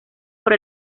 por